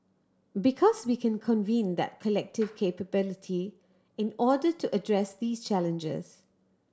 because we can convene that collective capability in order to address these challenges